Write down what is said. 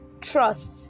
trust